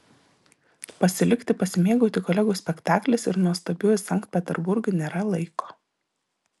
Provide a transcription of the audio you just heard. pasilikti pasimėgauti kolegų spektakliais ir nuostabiuoju sankt peterburgu nėra laiko